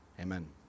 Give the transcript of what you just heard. amen